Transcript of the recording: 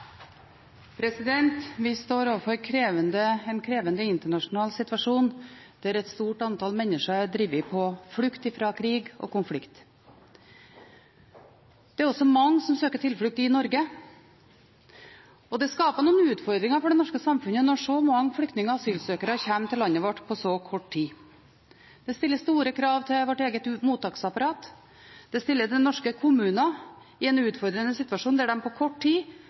til. Vi står overfor en krevende internasjonal situasjon der et stort antall mennesker er drevet på flukt fra krig og konflikt. Det er også mange som søker tilflukt i Norge, og det skaper noen utfordringer for det norske samfunnet når så mange flyktninger og asylsøkere kommer til landet vårt på så kort tid. Det stilles store krav til vårt eget mottaksapparat, det stiller norske kommuner i en utfordrende situasjon, der de på kort tid